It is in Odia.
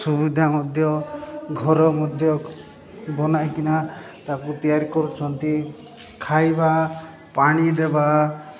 ସୁବିଧା ମଧ୍ୟ ଘର ମଧ୍ୟ ବନାଇକିନା ତାକୁ ତିଆରି କରୁଛନ୍ତି ଖାଇବା ପାଣି ଦେବା